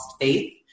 faith